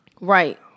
Right